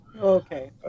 Okay